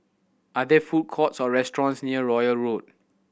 are there food courts or restaurants near Royal Road